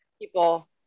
people